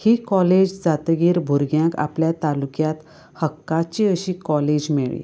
ही college जातगीर भुरग्यांक आपल्या तालुक्यांत हक्काची अशी काॅलेज मेळ्ळी